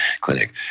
Clinic